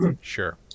Sure